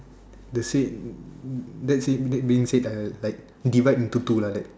that's it that's it being direct like divide into two lah like